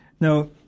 Now